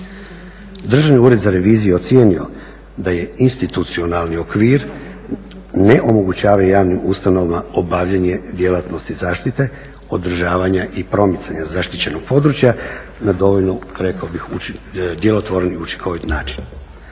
Državni ured za reviziju je ocijenio da institucionalni okvir ne omogućavaju javnim ustanovama obavljanje djelatnosti zaštite održavanja i promicanja zaštićenog područja na dovoljno rekao bih djelotvorni i učinkovit način.